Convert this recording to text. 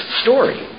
story